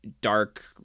dark